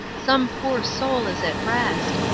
some poor soul is at rest.